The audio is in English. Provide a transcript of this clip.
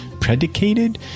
predicated